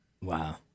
Wow